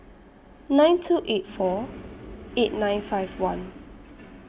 nine two eight four eight nine five one